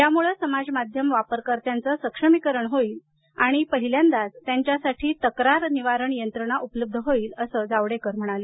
यामुळे समाज माध्यम वापरकर्त्यांचं सक्षमीकरण होईल आणि पहिल्यांदाचत्यांच्यासाठी तक्रार निवारण यंत्रणा उपलब्ध होईल असं जावडेकर म्हणाले